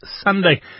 Sunday